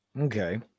Okay